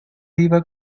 iba